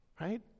right